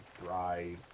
dry